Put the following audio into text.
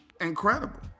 Incredible